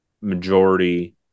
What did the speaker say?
majority